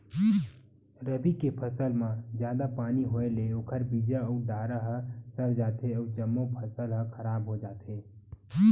रबी के फसल म जादा पानी होए ले ओखर बीजा अउ डारा ह सर जाथे अउ जम्मो फसल ह खराब हो जाथे